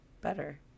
better